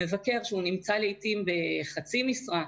מבקר שנמצא לעתים בחצי משרה,